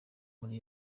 muri